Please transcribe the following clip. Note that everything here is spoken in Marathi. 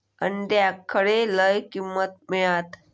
अंड्याक खडे लय किंमत मिळात?